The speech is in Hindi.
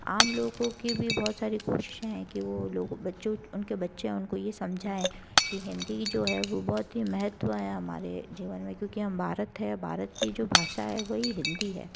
आम लोगों की भी बहुत सारी कोशिशें हैं कि वो लोग बच्चों उनके बच्चे उनको यह समझाएँ कि हिंदी जो है वह बहुत ही महत्व है हमारे जीवन में क्योंकि हम भारत है भारत की जो भाषा है वही हिंदी है